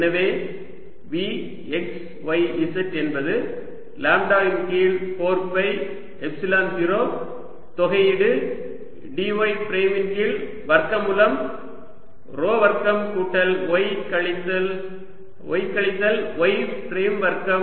எனவே V x y z என்பது lambda இன் கீழ் 4 பை எப்சிலன் 0 தொகையீடு d y பிரைமின் கீழ் வர்க்கமூலம் ρ வர்க்கம் கூட்டல் y கழித்தல் y கழித்தல் y பிரைம் வர்க்கம்